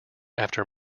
after